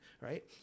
right